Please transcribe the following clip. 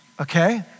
Okay